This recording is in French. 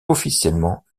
officiellement